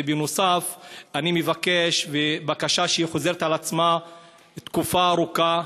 נוסף על כך אני מבקש, בקשה שחוזרת תקופה ארוכה: